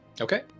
Okay